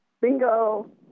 Bingo